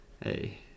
Hey